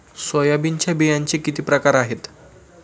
सोयाबीनच्या बियांचे किती प्रकार आहेत?